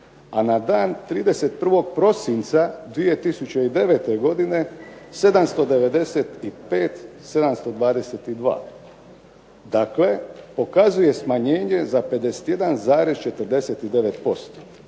A na dan 31. prosinca 2009. godine 795 722. Dakle, pokazuje smanjenje za 51,49%.